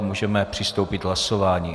Můžeme přistoupit k hlasování.